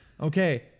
okay